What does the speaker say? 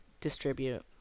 distribute